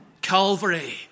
Calvary